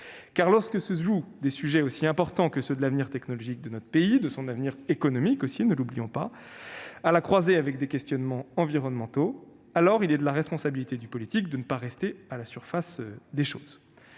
Lorsque se jouent des sujets aussi importants que ceux de l'avenir technologique de notre pays et aussi- ne l'oublions pas -de son avenir économique, à la croisée de questionnements environnementaux, alors il est de la responsabilité du politique de ne pas rester à la surface des choses.